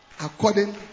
according